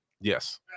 Yes